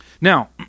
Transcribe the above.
Now